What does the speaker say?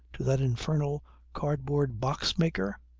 to that infernal cardboard box-maker.